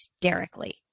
hysterically